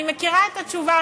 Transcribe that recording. אני מכירה את התשובה.